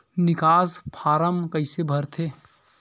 निकास फारम कइसे भरथे?